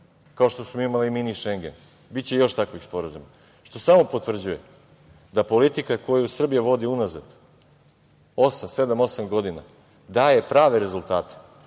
kao što smo imali mini Šengen. Biće još takvih sporazuma, što samo potvrđuje da politika koju Srbija vodi unazad, sedam, osam godina, daje prave rezultate